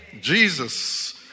Jesus